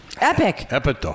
Epic